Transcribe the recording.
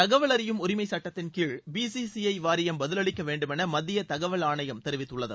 தகவல் அறியும் உரிமைச்சுட்டத்தின்கீழ் பிசிசிஐ வாரியம் பதிலளிக்கவேண்டுமேன மத்திய தகவல் ஆணையம் தெரிவித்துள்ளது